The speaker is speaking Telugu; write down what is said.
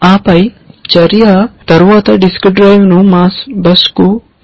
ఆపై చర్య తరువాత డిస్క్ డ్రైవ్ను మాస్ బస్కు కేటాయించింది